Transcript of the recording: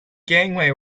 gangway